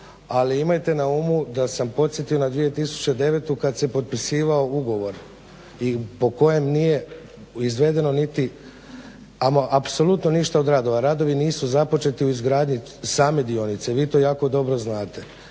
ali imajte na umu da sam podsjetio na 2009. kad se potpisivao ugovor po kojem nije izvedeno niti ama apsolutno ništa od radova, radovi nisu započeti u izgradnji same dionice i vi to jako dobro znate.